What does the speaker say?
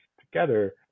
together